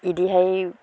बिदिहाय